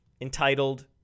entitled